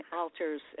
alters